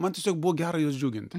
man tiesiog buvo gera juos džiuginti